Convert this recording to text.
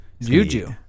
Juju